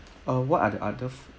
uh what are the other food